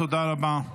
תודה רבה.